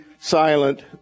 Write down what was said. silent